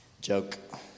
Joke